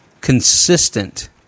consistent